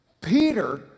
Peter